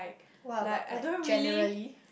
what about like generally